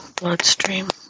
bloodstream